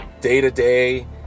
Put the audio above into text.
day-to-day